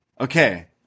Okay